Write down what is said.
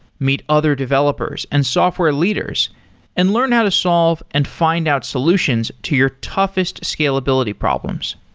meet other developers and software leaders and learn how to solve and find out solutions to your toughest scalability problems.